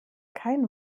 kein